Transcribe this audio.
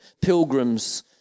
pilgrims